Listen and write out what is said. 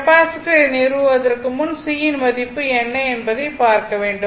கெப்பாசிட்டரை நிறுவுவதற்கு முன் C இன் மதிப்பு என்ன என்பதைப் பார்க்க வேண்டும்